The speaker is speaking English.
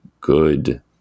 good